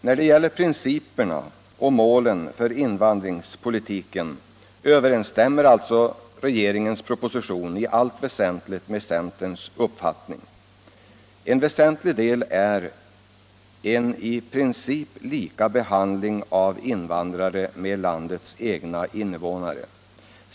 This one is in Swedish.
När det gäller principerna och målen för invandringspolitiken över Nr 80 ensstämmer alltså regeringens proposition i allt väsentligt med centerns Onsdagen den uppfattning. En viktig punkt är att det i princip skall vara lika behandling 14 maj 1975 av invandrare och landets egna invånare.